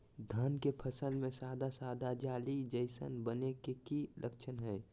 धान के फसल में सादा सादा जाली जईसन बने के कि लक्षण हय?